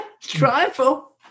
Trifle